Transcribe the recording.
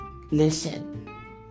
Listen